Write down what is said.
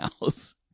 house